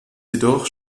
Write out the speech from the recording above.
jedoch